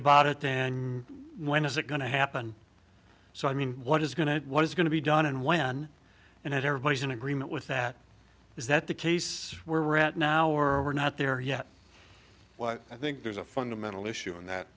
about it and when is it going to happen so i mean what is going to what is going to be done and when and everybody is in agreement with that is that the case we're at now or we're not there yet but i think there's a fundamental issue and that